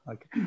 Okay